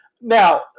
now